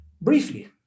Briefly